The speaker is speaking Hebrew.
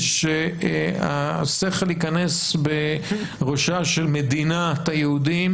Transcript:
שהשכל ייכנס בראשה של מדינת היהודים,